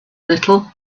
little